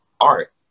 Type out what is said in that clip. art